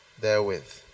therewith